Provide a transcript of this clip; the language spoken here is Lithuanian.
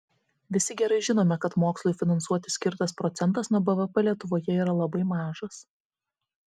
visi gerai žinome kad mokslui finansuoti skirtas procentas nuo bvp lietuvoje yra labai mažas